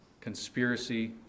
conspiracy